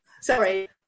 Sorry